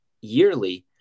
yearly